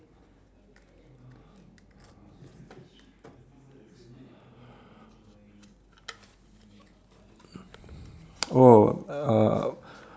oh uh